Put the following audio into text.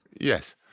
yes